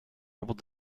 able